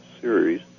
series